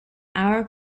our